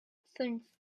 fünf